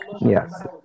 yes